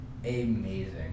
amazing